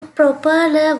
propeller